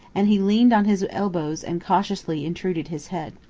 and he leaned on his elbows and cautiously intruded his head.